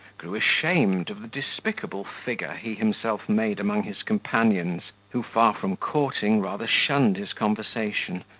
grew ashamed of the despicable figure he himself made among his companions, who, far from courting, rather shunned his conversation,